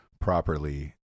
properly